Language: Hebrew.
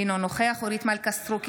אינו נוכח אורית מלכה סטרוק,